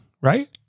right